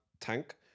Tank